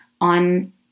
on